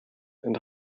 and